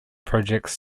projects